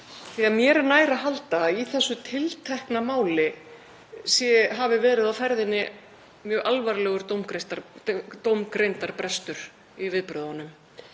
það. Mér er nær að halda að í þessu tiltekna máli hafi verið á ferðinni mjög alvarlegur dómgreindarbrestur í viðbrögðunum.